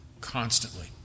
constantly